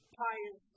pious